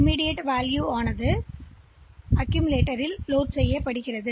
LXI A எஃப்045 எனவே இது உடனடியாக லோடு செய்யப்படுகிறது